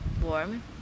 warm